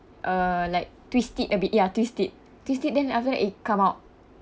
uh like twist it a bit ya twist it twist it then after that it come out